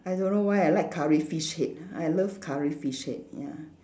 I don't know why I like curry fish head I love curry fish head ya